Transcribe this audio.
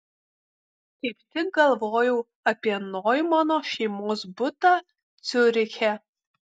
kaip tik galvojau apie noimano šeimos butą ciuriche